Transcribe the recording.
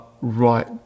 right